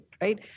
right